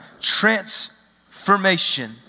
transformation